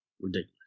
ridiculous